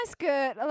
skirt